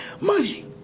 money